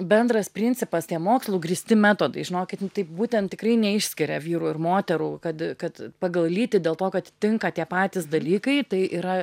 bendras principas tie mokslu grįsti metodai žinokit taip būtent tikrai neišskiria vyrų ir moterų kad kad pagal lytį dėl to kad tinka tie patys dalykai tai yra